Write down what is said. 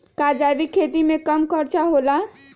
का जैविक खेती में कम खर्च होला?